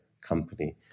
company